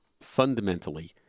fundamentally